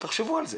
תחשבו על זה.